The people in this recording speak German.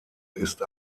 ist